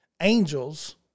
angels